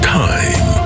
time